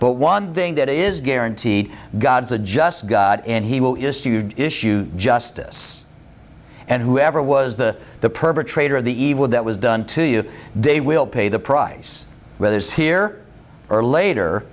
but one thing that is guaranteed god's a just god and he will is to you issue justice and whoever was the the perpetrator of the evil that was done to you they will pay the price with those here or later